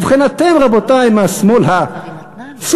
ובכן, אתם, רבותי, מהשמאל הסופר-קיצוני,